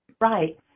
Right